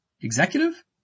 Executive